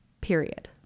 period